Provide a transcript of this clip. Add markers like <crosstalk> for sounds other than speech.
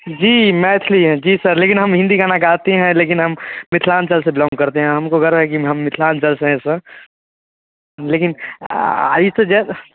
जी मैथली हैं जी सर लेकिन हम हिंदी गाना गाते हैं लेकिन हम मिथलांचल से बिलौंग करते हैं हम को गर्व है कि हम मिथलांचल से हैं सर लेकिन <unintelligible>